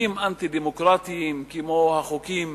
חוקים אנטי-דמוקרטיים כמו החוקים